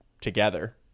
together